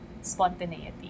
spontaneity